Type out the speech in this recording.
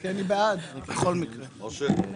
אני נמנע.